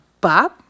Bob